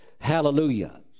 Hallelujah